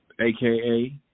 aka